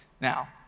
now